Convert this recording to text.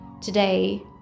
today